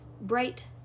bright